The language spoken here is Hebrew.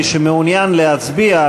מי שמעוניין להצביע,